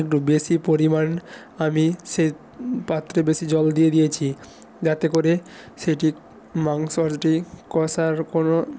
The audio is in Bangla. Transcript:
একটু বেশি পরিমাণ আমি সে পাত্রে বেশি জল দিয়ে দিয়েছি যাতে করে সেটি মাংসটি কষার কোনও